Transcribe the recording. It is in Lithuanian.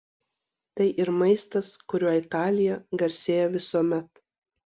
tai ir maistas kuriuo italija garsėjo visuomet